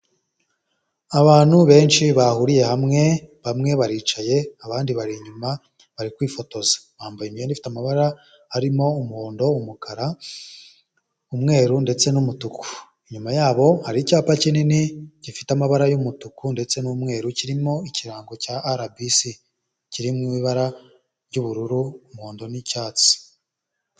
Abantu benshi bahuriye hamwe, bamwe baricaye abandi bari inyuma bari kwifotoza, bambaye imyenda ifite amabara harimo umuhondo, umukara ,umweru ndetse n'umutuku, inyuma yabo hari icyapa kinini gifite amabara yumutuku, ndetse n'umweru kirimo ikirango cya arabisi kiri mu ibara ry'ubururu umuhondo n'icyatsi.